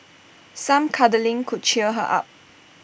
some cuddling could cheer her up